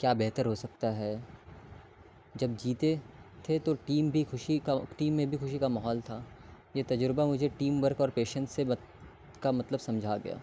کیا بہتر ہو سکتا ہے جب جیتے تھے تو ٹیم بھی خوشی کا ٹیم میں بھی خوشی کا ماحول تھا یہ تجربہ مجھے ٹیم ورک اور پیشنس سے کا مطلب سمجھا گیا